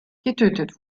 getötet